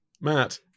Matt